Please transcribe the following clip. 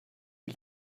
die